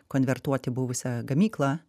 konvertuoti buvusią gamyklą